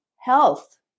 health